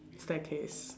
staircase